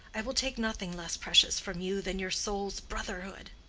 i will take nothing less precious from you than your soul's brotherhood.